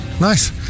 nice